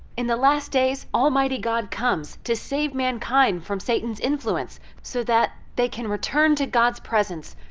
in the last days, almighty god comes to save mankind from satan's influence so that they can return to god's presence,